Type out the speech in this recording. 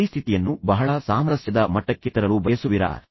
ಪರಿಸ್ಥಿತಿಯನ್ನು ಬಹಳ ಸಾಮರಸ್ಯದ ಮಟ್ಟಕ್ಕೆ ತರಲು ಬಯಸುವಿರಾ